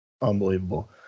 unbelievable